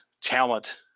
talent